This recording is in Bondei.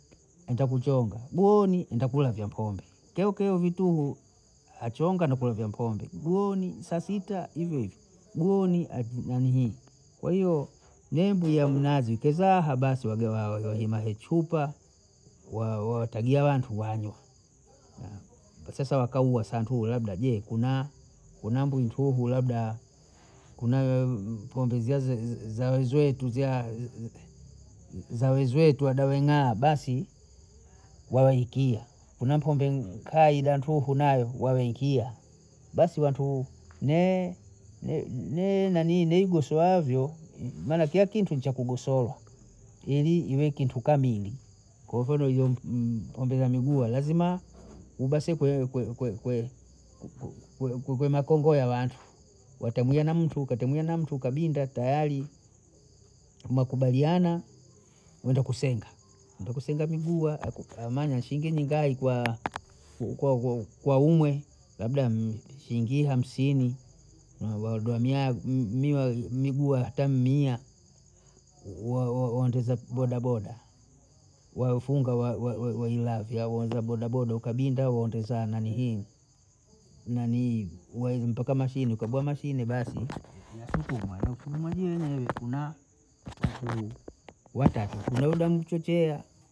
Ntakuchonga gooni, ntakula vya pombe, toke uvituhu, achonga na kulemya mpombe gooni saa sita, hivyo hivyo gooni havi nanihii, kwa hiyo membu ya mnazi keza habasi wajawa waya hima chupa, wategea wantu wanywe, sasa wakahua wa santuhu labda je kunaa, kuna mbwi ntuhu labda kuna za wezwetu wadawe ng'aa, basi wawehekia, kuna mpombe kai da ntuhu nayo wawehekia, basi watu ng'ee, ng'ee nani gosoavyo, maana kila kitu ni cha kugosowa ili iwe kitu kamili, kwa mfano iyo mpombe ya miguha lazima muda siku kwe makongo ya watu, watabwia na mtu, kateme na mtu, kabinda tayari, mekubaliana Mwenda kusenga, Mwenda kusenga miguha, amaino shingi mingai kwa umwe, labda shingi hamsini, na waegamya miguha hata mia, waondoza bodaboda, waofunga wailavya wauza bodaboda ukabinda waondoza nanihii nanihii wei mpaka mashine, kagua mashine basi nasukumwa nsakuma je we huku na watatu nchochela.